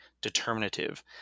determinative